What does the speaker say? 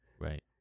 right